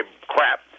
crap